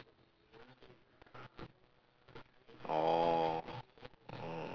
orh orh